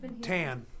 tan